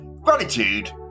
Gratitude